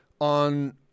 on